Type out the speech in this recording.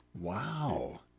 Wow